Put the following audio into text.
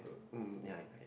uh oo ya ya ya